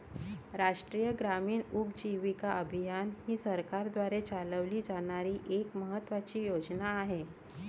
राष्ट्रीय ग्रामीण उपजीविका अभियान ही सरकारद्वारे चालवली जाणारी एक महत्त्वाची योजना आहे